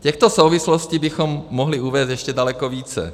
Těchto souvislostí bychom mohli uvést ještě daleko více.